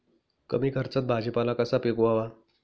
कमी खर्चात भाजीपाला कसा पिकवावा?